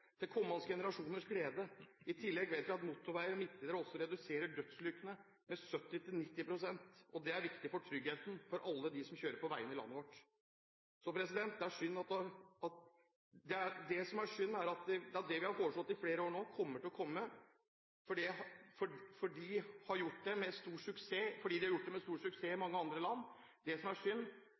til kommende generasjoners glede. I tillegg vet vi at motorvei og midtdelere også reduserer dødsulykkene med 70–90 pst., og det er viktig for tryggheten for alle som kjører på veiene i landet vårt. Det vi har foreslått i flere år nå, vil komme, fordi det er gjort med stor suksess i mange andre land. Det som er synd,